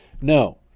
No